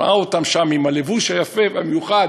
ראה אותם שם עם הלבוש היפה והמיוחד,